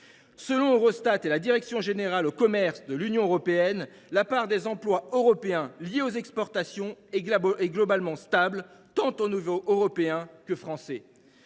Selon Eurostat et la direction générale au commerce de la Commission européenne, la part des emplois européens liés aux exportations est globalement stable, à l’échelon tant européen que national.